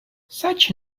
such